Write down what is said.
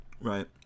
right